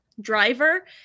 driver